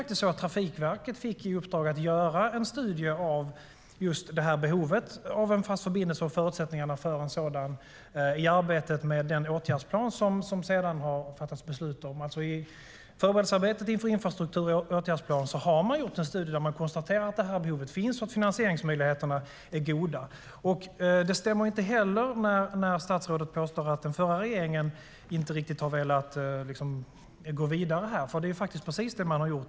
Trafikverket fick i uppdrag att göra en studie av behovet av en fast förbindelse och förutsättningarna för en sådan i arbetet med den åtgärdsplan som det sedan har fattats beslut om. I förberedelsearbetet inför infrastruktur och åtgärdsplan har man gjort en studie där man konstaterar att behovet finns och att finansieringsmöjligheterna är goda. Det stämmer inte heller när statsrådet påstår att den förra regeringen inte riktigt har velat gå vidare. Det är precis vad man har gjort.